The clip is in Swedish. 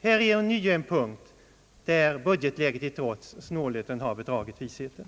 Här är ånyo en punkt där jag — budgetläget till trots — påstår att snålheten har bedragit visheten.